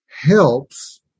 helps